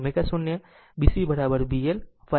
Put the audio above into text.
આમ ωω0 B CB L YG